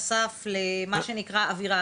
להם במצב הזה להכפיל שינוע הנפט פי 5 באילת ופי 2